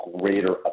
greater